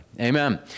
Amen